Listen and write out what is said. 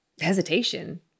hesitation